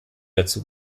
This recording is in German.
dazu